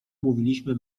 mówiliśmy